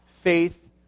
faith